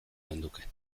genuke